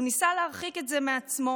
והוא ניסה להרחיק את זה מעצמו.